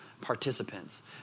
participants